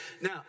Now